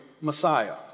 Messiah